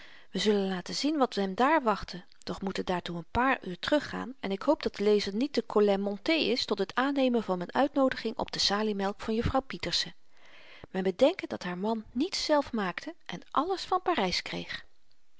we zullen later zien wat hem daar wachtte doch moeten daartoe n paar uren teruggaan en ik hoop dat de lezer niet te collet monté is tot het aannemen van m'n uitnoodiging op de saliemelk van juffrouw pieterse men bedenke dat haar man niets zelf maakte en alles van parys kreeg